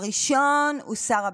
הראשון הוא שר הביטחון,